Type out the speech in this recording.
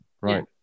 Right